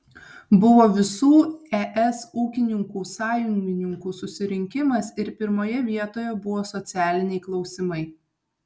buvo visų es ūkininkų sąjungų susirinkimas ir pirmoje vietoje buvo socialiniai klausimai